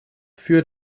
für